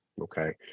Okay